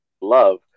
Love